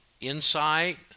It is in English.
insight